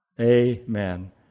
Amen